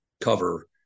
cover